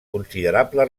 considerable